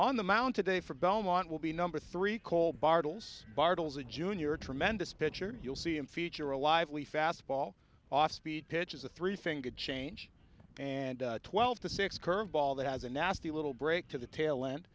on the mount a day for belmont will be number three call bartels bartels a junior tremendous pitcher you'll see in future a lively fastball off speed pitches a three fingered change and twelve to six curveball that has a nasty little break to the tail end